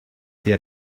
der